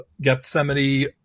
Gethsemane